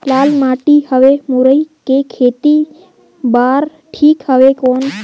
लाल माटी हवे मुरई के खेती बार ठीक हवे कौन?